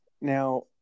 Now